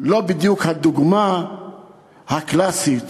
לא בדיוק הדוגמה הקלאסית